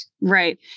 Right